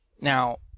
Now